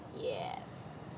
Yes